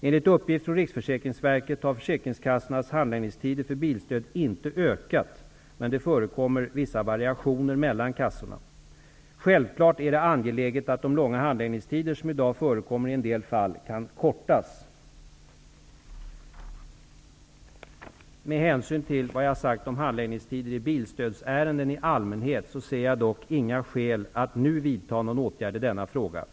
Enligt uppgift från Riksförsäkringsverket har försäkringskassornas handläggningstider för bilstöd inte ökat, men det förekommer vissa variationer mellan kassorna. Självfallet är det angeläget att de långa handläggningstider som i dag förekommer i en del fall kan kortas. Med hänsyn till vad jag har sagt om handläggningstider i bilstödsärenden i allmänhet ser jag dock inga skäl att nu vidta någon åtgärd i denna fråga.